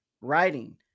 writing